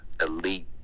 elite